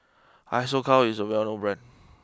Isocal is a well known Brand